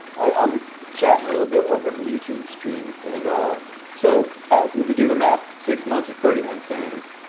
i'm chatting a little bit over in the youtube stream and ah so if you do the math, six months is thirty one cents.